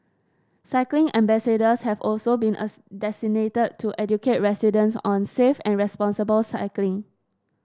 cycling ambassadors have also been as designated to educate residents on safe and responsible cycling